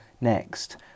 next